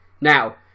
Now